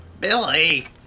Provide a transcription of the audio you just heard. Billy